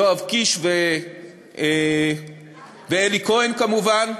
יואב קיש ואלי כהן כמובן.